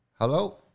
Hello